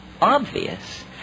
obvious